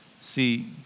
See